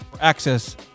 access